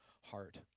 heart